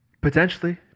potentially